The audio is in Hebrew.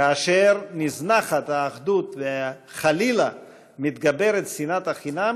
כאשר נזנחת האחדות, וחלילה מתגברת שנאת חינם